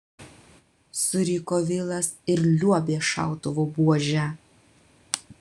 suriko vilas ir liuobė šautuvo buože